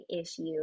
issue